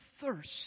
thirst